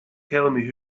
telling